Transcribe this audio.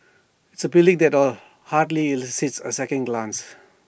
it's A building that hardly elicits A second glance